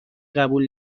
قبول